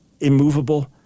immovable